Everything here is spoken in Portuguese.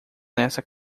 nessa